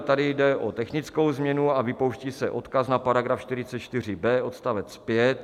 Tady jde o technickou změnu a vypouští se odkaz na § 44b odst. 5.